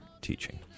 teaching